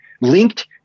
linked